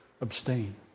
abstain